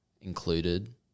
included